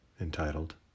entitled